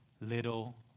little